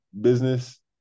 business